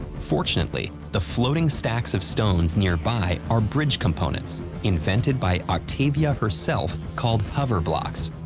fortunately, the floating stacks of stones nearby are bridge components invented by octavia herself called hover-blocks.